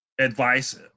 advice